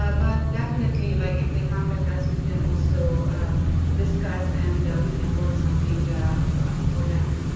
ah but definitely like if they contact us we can also discuss and we can work something out for them.